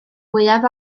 fwyaf